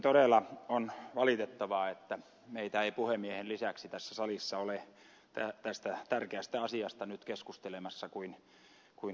todella on valitettavaa että meitä ei puhemiehen lisäksi tässä salissa ole tästä tärkeästä asiasta nyt keskustelemassa kuin ed